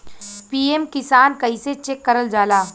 PM Kisan कइसे check करल जाला?